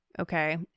Okay